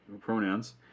pronouns